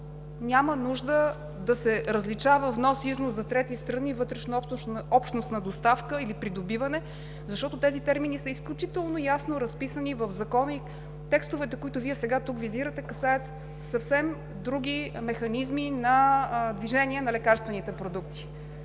Няма нужда да се различава „внос и износ за трети страни“, „вътрешнообщностна доставка“ или „придобиване“, защото тези термини са изключително ясно разписани в Закона. Текстовете, които Вие тук визирате, касаят съвсем други механизми на движение на лекарствените продукти.